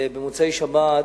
במוצאי שבת,